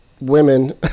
women